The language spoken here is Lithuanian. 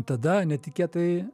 tada netikėtai